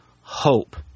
hope